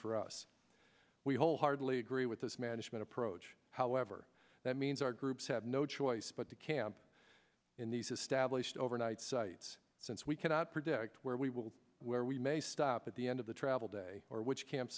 for us we wholeheartedly agree with this management approach however that means our groups have no choice but to camp in these established overnight sites since we cannot predict where we will where we may stop at the end of the travel day or which camp